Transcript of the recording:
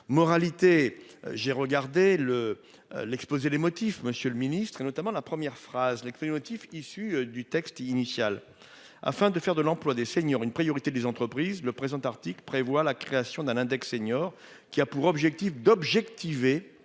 Moralité, j'ai regardé le, l'exposé des motifs. Monsieur le ministre et notamment la première phrase les crises motif issus du texte initial. Afin de faire de l'emploi des seniors, une priorité des entreprises le présent article prévoit la création d'un index senior qui a pour objectif d'objectiver